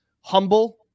humble